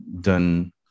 done